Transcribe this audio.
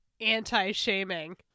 anti-shaming